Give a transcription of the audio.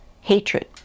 Hatred